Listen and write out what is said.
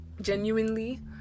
genuinely